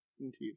Indeed